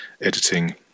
editing